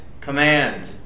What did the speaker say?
command